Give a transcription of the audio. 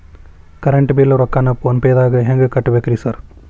Current bill ರೊಕ್ಕಾನ phone ಪೇದಾಗ ಹೆಂಗ್ ಕಟ್ಟಬೇಕ್ರಿ ಸರ್?